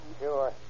Sure